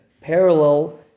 parallel